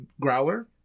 growler